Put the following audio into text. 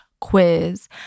Quiz